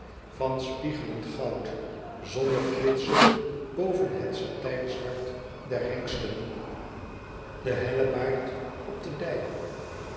van spiegelend goud zonneflitsend boven het satijnzwart der hengsten de hellebaard op de dij